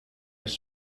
his